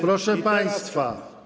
Proszę państwa.